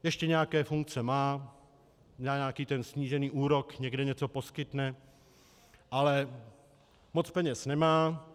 Ještě nějaké funkce má, na nějaký snížený úrok někde něco poskytne, ale moc peněz nemá.